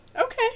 Okay